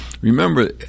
Remember